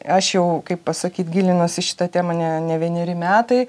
aš jau kaip pasakyt gilinuos į šitą temą ne ne vieneri metai